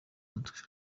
umutwe